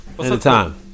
Anytime